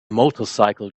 motorcycle